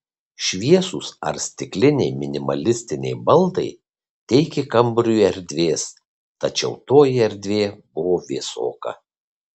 šviesūs ar stikliniai minimalistiniai baldai teikė kambariui erdvės tačiau toji erdvė buvo vėsoka